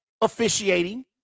officiating